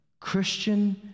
Christian